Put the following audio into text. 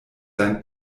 sein